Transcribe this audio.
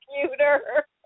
computer